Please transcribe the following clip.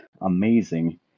amazing